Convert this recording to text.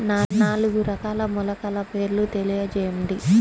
నాలుగు రకాల మొలకల పేర్లు తెలియజేయండి?